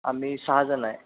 आम्ही सहाजण आहे